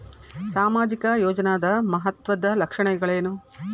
ಸಾಮಾಜಿಕ ಯೋಜನಾದ ಮಹತ್ವದ್ದ ಲಕ್ಷಣಗಳೇನು?